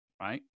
right